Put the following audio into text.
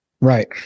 right